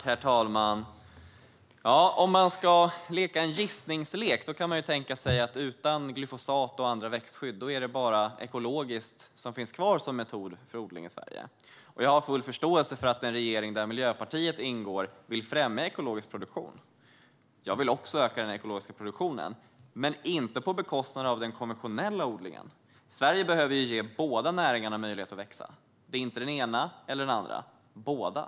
Herr talman! Om man ska leka en gissningslek kan man tänka sig att ekologisk odling är den enda metod för odling som finns kvar i Sverige utan glyfosat och andra växtskydd. Jag har full förståelse för att en regering där Miljöpartiet ingår vill främja ekologisk produktion. Jag vill också öka den ekologiska produktionen, men inte på bekostnad av den konventionella odlingen. Sverige behöver ge båda näringarna möjlighet att växa. Det handlar inte om den ena eller den andra, utan om båda.